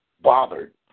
bothered